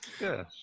Yes